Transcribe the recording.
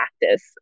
practice